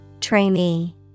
Trainee